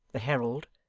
the herald,